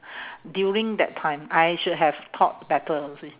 during that time I should have thought better you see